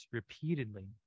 repeatedly